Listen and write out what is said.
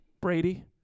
Brady